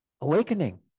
awakening